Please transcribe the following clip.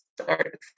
start